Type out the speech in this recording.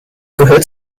gehört